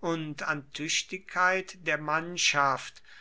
und an tüchtigkeit der mannschaft